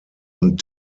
und